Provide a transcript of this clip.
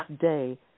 day